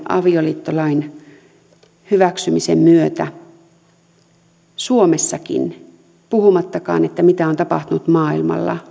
avioliittolain hyväksymisen myötä suomessakin puhumattakaan mitä on on tapahtunut maailmalla